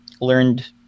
learned